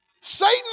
Satan